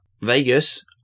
Vegas